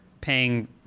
paying